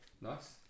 Nice